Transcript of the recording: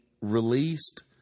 released